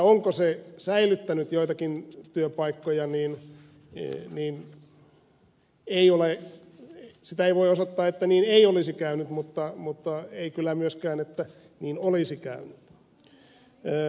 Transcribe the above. onko se säilyttänyt joitakin työpaikkoja sitä ei voi osoittaa että niin ei olisi käynyt mutta ei kyllä myöskään että niin olisi käynyt